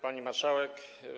Pani Marszałek!